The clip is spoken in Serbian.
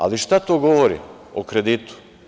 Ali, šta to govori o kreditu?